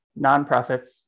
nonprofits